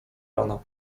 rana